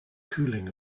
cooling